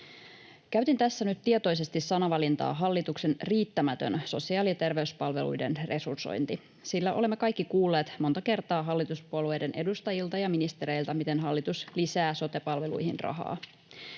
Käytin tässä nyt tietoisesti sanavalintaa ”hallituksen riittämätön sosiaali- ja terveyspalveluiden resursointi”, sillä olemme kaikki kuulleet monta kertaa hallituspuolueiden edustajilta ja ministereiltä, miten hallitus lisää sote-palveluihin rahaa.